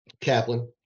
Kaplan